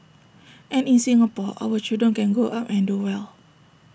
and in Singapore our children can grow up and do well